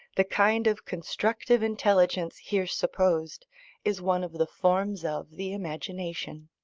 the kind of constructive intelligence here supposed is one of the forms of the imagination.